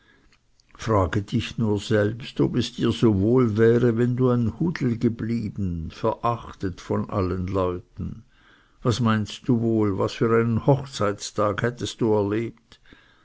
frage dich nur selbst ob es dir so wohl wäre wenn du ein hudel geblieben verachtet von allen leuten was meinst du wohl was für einen hochzeittag hättest du erlebt